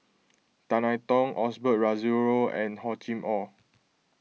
Tan I Tong Osbert Rozario and Hor Chim or